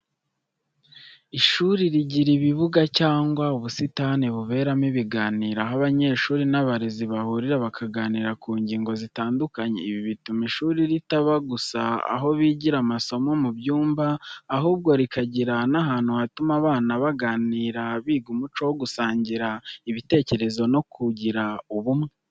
Ishuri rigira ibibuga cyangwa ubusitani buberamo ibiganiro, aho abanyeshuri n'abarezi bahurira bakaganira ku ngingo zitandukanye. Ibi bituma ishuri ritaba gusa aho bigira amasomo mu byumba, ahubwo rikagira n'ahantu hatuma abana baganira, biga umuco wo gusangira ibitekerezo no kugira ubumwe.